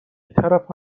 طرف